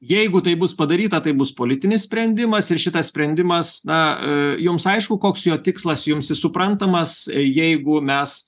jeigu taip bus padaryta tai bus politinis sprendimas ir šitas sprendimas na jums aišku koks jo tikslas jums jis suprantamas jeigu mes